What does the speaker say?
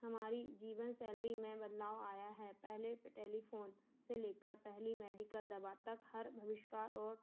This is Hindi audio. हमारी जीवन शैली में बदलाव आया है पहले टेलिफ़ोन से लेकर पहली मेडिकल दवा तक हर भविष का और